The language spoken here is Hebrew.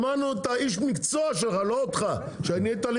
שמענו את האיש מקצוע שלך לא אותך שנהיתה לי